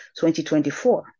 2024